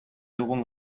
dugun